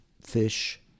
fish